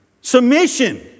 Submission